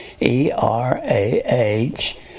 E-R-A-H